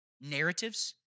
narratives